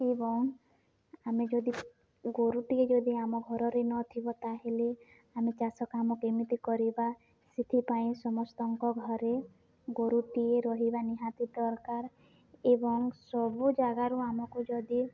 ଏବଂ ଆମେ ଯଦି ଗୋରୁଟିଏ ଯଦି ଆମ ଘରରେ ନଥିବ ତାହେଲେ ଆମେ ଚାଷ କାମ କେମିତି କରିବା ସେଥିପାଇଁ ସମସ୍ତଙ୍କ ଘରେ ଗୋରୁଟିଏ ରହିବା ନିହାତି ଦରକାର ଏବଂ ସବୁ ଜାଗାରୁ ଆମକୁ ଯଦି